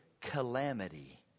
calamity